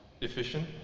efficient